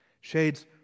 Shades